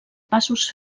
passos